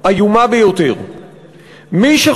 וצריך